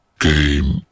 Game